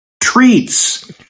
treats